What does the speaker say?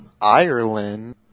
Ireland